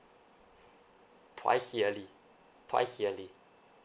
twice yearly twice yearly